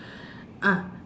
ah